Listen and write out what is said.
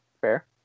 fair